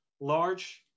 large